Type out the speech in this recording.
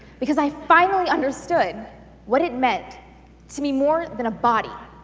because i finally understood what it meant to be more than a body,